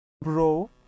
bro